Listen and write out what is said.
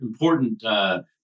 important